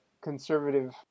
conservative